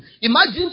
Imagine